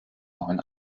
neun